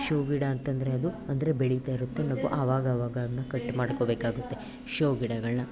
show ಗಿಡ ಅಂತಂದರೆ ಅದು ಅಂದರೆ ಬೆಳಿತಾ ಇರುತ್ತೆ ನಾವು ಆವಾಗ ಆವಾಗ ಅದನ್ನು ಕಟ್ ಮಾಡ್ಕೊಬೇಕಾಗುತ್ತೆ ಶೋ ಗಿಡಗಳನ್ನು